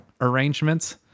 arrangements